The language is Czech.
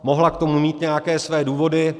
Mohla k tomu mít nějaké své důvody.